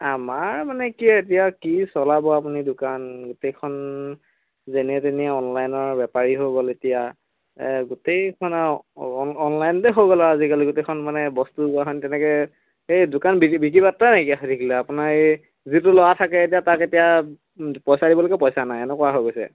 আমাৰ মানে কি এতিয়া কি চলাব আপুনি দোকান গোটেইখন যেনে তেনে অনলাইনৰ বেপাৰী হৈ গ'ল এতিয়া গোটেইখন অন অনলাইনতে হৈ গ'ল আৰু আজিকালি গোটেইখন মানে বস্তু বাহনি তেনেকৈ এই দোকান বিক্ৰী বিক্ৰী বাত্ৰা নাইকিয়া হৈ থাকিলে আপোনাৰ এই যিটো ল'ৰা থাকে এতিয়া তাক এতিয়া পইচা দিবলৈকে পইচা নাই এনেকুৱা হৈ গৈছে